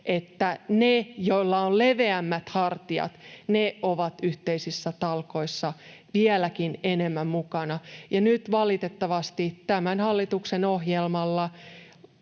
että ne, joilla on leveämmät hartiat, ovat yhteisissä talkoissa vieläkin enemmän mukana. Nyt valitettavasti tämän hallituksen ohjelmalla